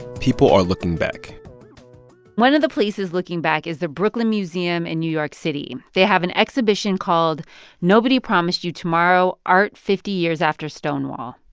people are looking back one of the places looking back is the brooklyn museum in new york city. they have an exhibition called nobody promised you tomorrow art fifty years after stonewall.